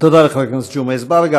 תודה לחבר הכנסת ג'מעה אזברגה.